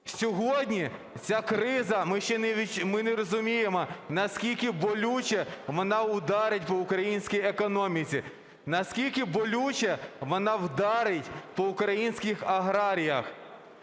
Сьогодні ця криза, ми ще не розуміємо, наскільки болюче вона вдарить по українській економіці, наскільки болюче вона вдарить по українських аграріях.